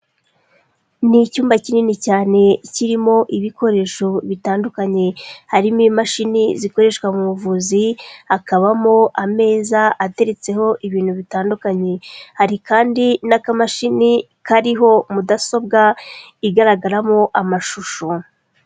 Ni icyumba kinini cyane kirimo ibikoresho bitandukanye, harimo imashini zikoreshwa mu buvuzi, hakabamo ameza ateretseho ibintu bitandukanye, hari kandi n'akamashini kariho mudasobwa igaragaramo amashusho.